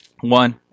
One